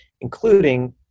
including